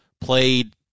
played